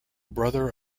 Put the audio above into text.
brother